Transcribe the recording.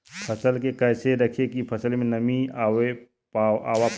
फसल के कैसे रखे की फसल में नमी ना आवा पाव?